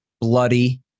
bloody